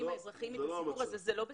בתקציבים האזרחיים את הסיפור הזה זה לא בסדר.